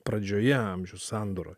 pradžioje amžių sandūroj